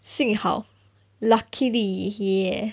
幸好 luckily ya